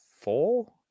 four